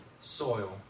soil